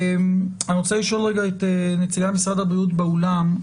אני רוצה לשאול את נציגת משרד הבריאות באולם,